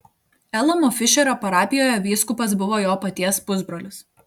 elamo fišerio parapijoje vyskupas buvo jo paties pusbrolis